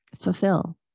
fulfill